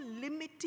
limiting